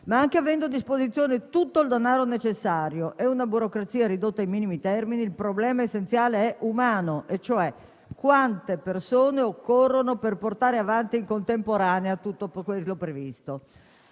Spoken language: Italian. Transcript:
Ma, anche avendo a disposizione tutto il denaro necessario e una burocrazia ridotta ai minimi termini, il problema essenziale è umano: quante persone occorrono per portare avanti in contemporanea tutto ciò che è previsto?